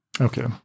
Okay